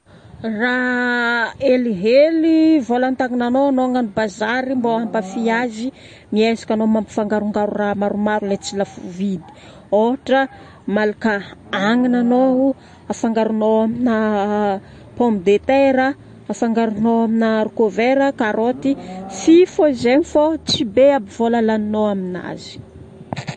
Raha helihely vola an-tagnananao, anao hagnano bazary mbô hampafy azy, miezaka anao mampifangarongaro raha maromaro lay tsy lafo vidy. Ohatra, malaka agnana anao afangaronao amin'ny a pomme de terre, afangaronao amina haricot vert, karaoty, fy fogna zegny fô tsy be aby vola laninao.aminazy.